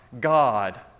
God